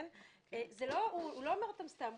הוא לא אומר אותם סתם.